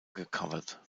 gecovert